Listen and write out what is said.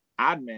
admin